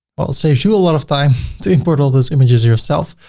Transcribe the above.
well, it saves you a lot of time to import all those images yourself.